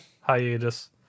hiatus